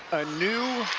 a new